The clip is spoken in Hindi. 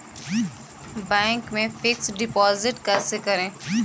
बैंक में फिक्स डिपाजिट कैसे करें?